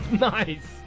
Nice